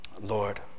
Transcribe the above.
Lord